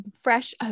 fresh